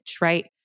right